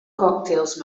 cocktails